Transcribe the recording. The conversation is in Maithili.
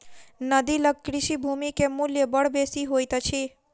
नदी लग कृषि भूमि के मूल्य बड़ बेसी होइत अछि